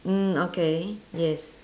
mm okay yes